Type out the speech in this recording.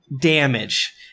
damage